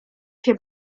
się